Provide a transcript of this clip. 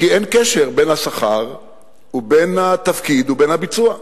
כי אין קשר בין השכר ובין התפקיד ובין הביצוע,